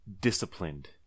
disciplined